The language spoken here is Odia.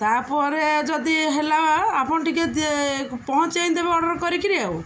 ତାପରେ ଯଦି ହେଲା ଆପଣ ଟିକେ ପହଞ୍ଚେଇ ଦେବେ ଅର୍ଡର୍ କରିକିରି ଆଉ